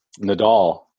Nadal